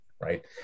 right